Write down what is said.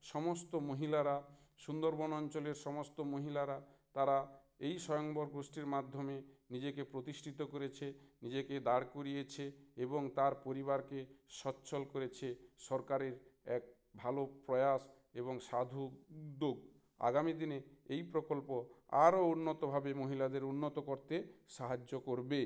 সমস্ত মহিলারা সুন্দরবন অঞ্চলের সমস্ত মহিলারা তারা এই স্বয়ম্ভর গোষ্ঠীর মাধ্যমে নিজেকে প্রতিষ্ঠিত করেছে নিজেকে দাঁড় করিয়েছে এবং তার পরিবারকে সচ্ছল করেছে সরকারের এক ভালো প্রয়াস এবং সাধু উদ্যোগ আগামী দিনে এই প্রকল্প আরও উন্নতভাবে মহিলাদের উন্নত করতে সাহায্য করবে